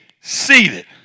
seated